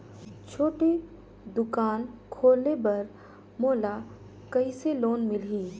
छोटे दुकान खोले बर मोला कइसे लोन मिलही?